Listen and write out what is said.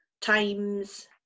times